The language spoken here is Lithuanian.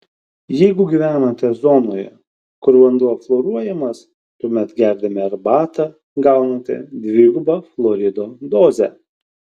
jeigu gyvenate zonoje kur vanduo fluoruojamas tuomet gerdami arbatą gaunate dvigubą fluorido dozę